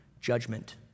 judgment